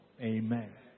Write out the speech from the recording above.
amen